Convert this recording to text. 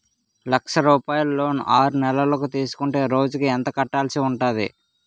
లక్ష రూపాయలు లోన్ ఆరునెలల కు తీసుకుంటే రోజుకి ఎంత కట్టాల్సి ఉంటాది?